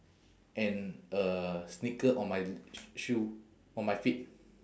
and a sneaker on my shoe on my feet